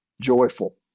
joyful